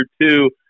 two